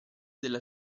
della